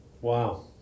Wow